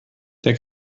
der